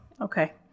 okay